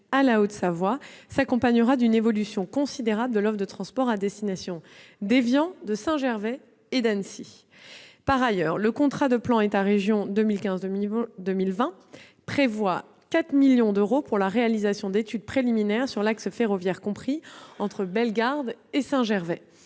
à la Haute-Savoie, s'accompagnera d'une évolution considérable de l'offre de transport à destination d'Évian, de Saint-Gervais et d'Annecy. Par ailleurs, le contrat de plan État-région 2015-2020 prévoit 4 millions d'euros pour la réalisation d'études préliminaires sur l'axe ferroviaire compris entre Bellegarde et Saint-Gervais.